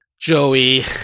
Joey